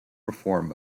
reform